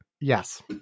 Yes